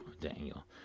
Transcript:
Daniel